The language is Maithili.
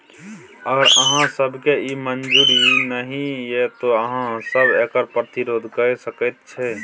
अगर अहाँ सभकेँ ई मजूर नहि यै तँ अहाँ सभ एकर प्रतिरोध कए सकैत छी